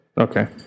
Okay